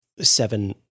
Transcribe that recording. seven